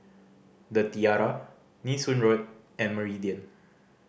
The Tiara Nee Soon Road and Meridian